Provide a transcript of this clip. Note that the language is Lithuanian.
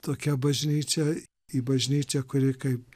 tokia bažnyčia į bažnyčią kuri kaip